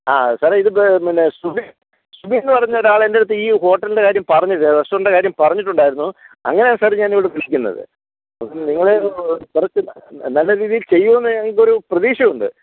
ആ സാറേ ഇതിപ്പോൾ പിന്നെ സുബിൻ സുബിനെന്ന് പറഞ്ഞ ഒരാൾ എന്റെയടുത്ത് ഈ ഹോട്ടലിൻ്റെ കാര്യം പറഞ്ഞു റെസ്റ്റോറിൻ്റെ കാര്യം പറഞ്ഞിട്ടുണ്ടായിരുന്നു അങ്ങനെയാ സർ ഞാനിവിടെ അന്വേഷിക്കുന്നത് നിങ്ങൾ കുറച്ച് നല്ല രീതിയിൽ ചെയ്യുമെന്ന് ഞങ്ങൾക്കൊരു പ്രതീക്ഷയുണ്ട്